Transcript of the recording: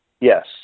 Yes